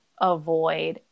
avoid